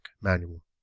Manual